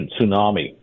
tsunami